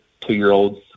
two-year-olds